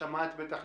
בבקשה.